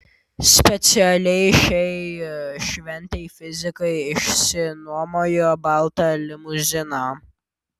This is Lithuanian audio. specialiai šiai šventei fizikai išsinuomojo baltą limuziną